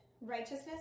Righteousness